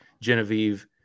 Genevieve